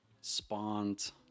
spawned